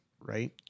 right